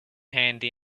handy